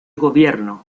gobierno